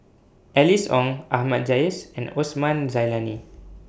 Alice Ong Ahmad Jais and Osman Zailani